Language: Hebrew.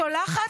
שולחת,